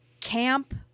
Camp